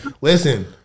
listen